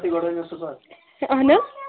تُہۍ گۄڈٕنیٚتھ صُبحس یے اَہن حظ